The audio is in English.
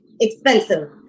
expensive